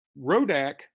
Rodak